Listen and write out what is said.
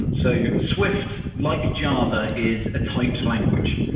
and so swift, like java, is a typed language.